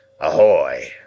Ahoy